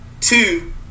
Two